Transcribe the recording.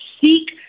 seek